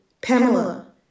Pamela